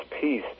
peace